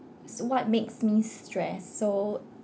so what makes me stress so